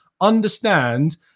understand